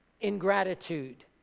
ingratitude